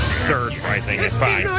surge pricing is fine,